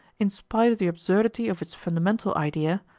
in spite of the absurdity of its fundamental idea,